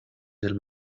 del